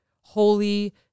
holy